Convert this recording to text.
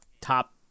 top